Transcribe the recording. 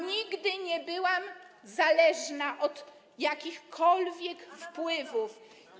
Nigdy nie byłam zależna od jakichkolwiek wpływów.